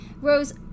Rose